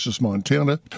Montana